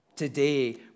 today